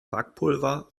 backpulver